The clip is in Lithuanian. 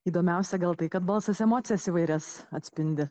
įdomiausia gal tai kad balsas emocijas įvairias atspindi